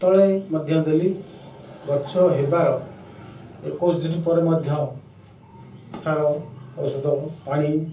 ତଳେ ମଧ୍ୟ ଦେଲି ଗଛ ହେବାର ଏକୋଇଶି ଦିନ ପରେ ମଧ୍ୟ ସାର ଔଷଧ ପାଣି